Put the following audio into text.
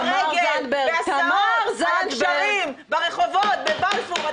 ברגל, בהסעות, על הגשרים, ברחובות, בבלפור.